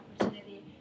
opportunity